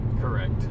Correct